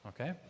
okay